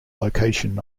location